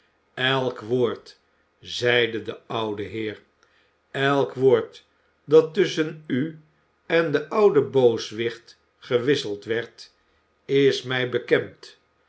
elk woord zeide de oude heer elk woord dat tusschen u en den ouden booswicht gewisseld werd is mij bekend